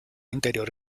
interior